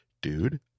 dude